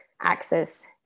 access